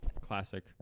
Classic